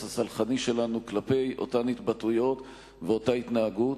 הסלחני שלנו כלפי אותן התבטאויות ואותה התנהגות.